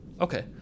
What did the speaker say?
okay